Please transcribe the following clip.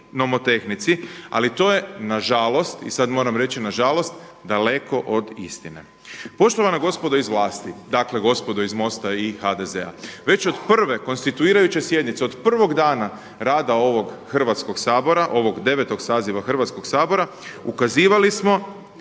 ali to je nažalost i sad moram reći nažalost, daleko od istine. Poštovana gospodo iz vlasti, dakle gospodo iz MOST-a i HDZ-a. Već od prve konstituirajuće sjednice od prvog dana rada ovog Hrvatskog sabora, ovog devetog saziva Hrvatskog sabora ukazivali smo